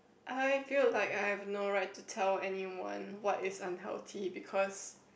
I feel like I've no right to tell anyone what is unhealthy because